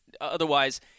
otherwise –